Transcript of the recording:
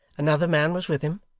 another man was with him,